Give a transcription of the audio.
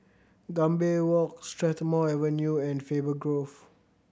Gambir Walk Strathmore Avenue and Faber Grove